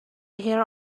here